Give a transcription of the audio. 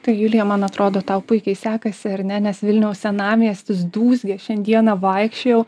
tai julija man atrodo tau puikiai sekasi ar ne nes vilniaus senamiestis dūzgė šiandieną vaikščiojau